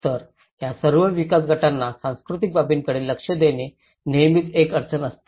तर या सर्व विकास गटांना सांस्कृतिक बाबीकडे लक्ष देणे नेहमीच एक अडचण असते